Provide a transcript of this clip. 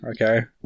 Okay